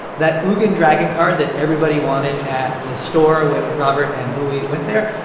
that ugin dragon card that everybody wanted at the store when robert and bui went there,